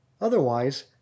Otherwise